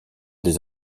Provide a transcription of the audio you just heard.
des